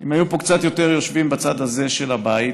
אם היו פה קצת יותר יושבים בצד הזה של הבית,